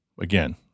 again